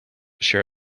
share